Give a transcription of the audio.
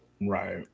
Right